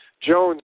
Jones